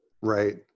right